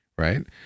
Right